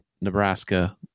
Nebraska